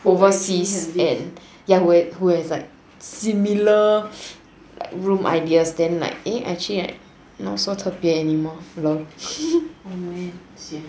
overseas in who has like similar room like ideas then like eh actually like not so 特别 anymore hehe lor